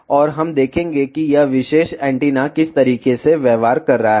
और हम देखेंगे कि यह विशेष एंटीना किस तरीके से व्यवहार कर रहा है